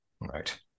Right